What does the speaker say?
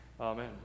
Amen